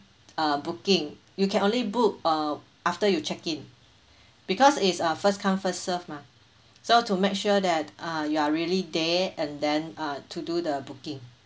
uh booking you can only book uh after you check in because it's uh first come first serve mah so to make sure that uh you are really there and then uh to do the booking